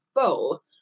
full